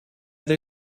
they